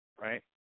right